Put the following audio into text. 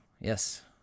Yes